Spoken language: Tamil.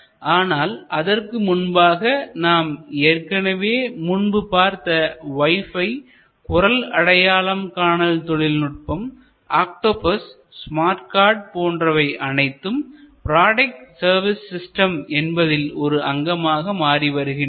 ஆனால் அதற்கு முன்பாக நாம் ஏற்கனவே முன்பு பார்த்த வைபை குரல் அடையாளம் காணல் தொழில்நுட்பம் ஆக்டோபஸ் ஸ்மார்ட் கார்டு போன்றவை அனைத்தும் ப்ராடக்ட் சர்வீஸ் சிஸ்டம் என்பதில் ஒரு அங்கமாக மாறி வருகின்றன